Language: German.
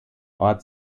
ort